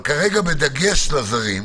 כרגע בדגש לזרים.